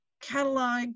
catalog